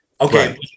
Okay